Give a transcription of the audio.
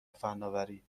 فناوری